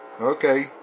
Okay